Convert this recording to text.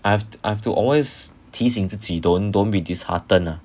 I've I've to always 提醒自己 don't don't be disheartened ah